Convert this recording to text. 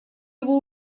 его